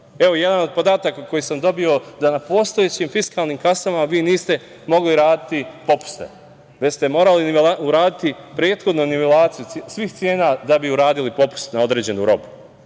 jedan od podataka koji sam dobio, jeste da na postojećim fiskalnim kasama vi niste mogli raditi popuste, već ste morali uraditi prethodno nivelaciju svih cena da bi uradili popuste na određenu robu.